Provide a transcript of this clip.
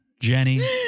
Jenny